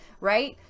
right